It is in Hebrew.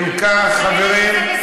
זה לזכותך, ליפתא,